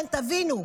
כן, תבינו,